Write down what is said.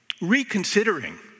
Reconsidering